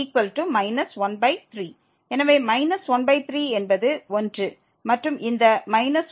எனவே வரம்பு 13